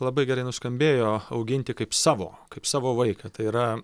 labai gerai nuskambėjo auginti kaip savo kaip savo vaiką tai yra